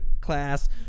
class